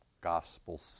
gospel